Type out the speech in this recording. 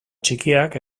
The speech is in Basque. txikiak